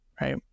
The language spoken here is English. right